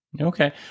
Okay